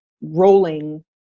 rolling